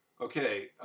Okay